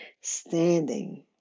standing